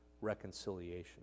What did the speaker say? reconciliation